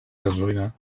gasolina